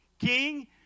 King